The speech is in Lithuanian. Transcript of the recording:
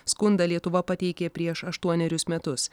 skundą lietuva pateikė prieš aštuonerius metus